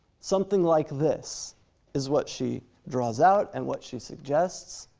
something like this is what she draws out and what she suggests,